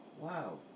Wow